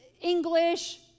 English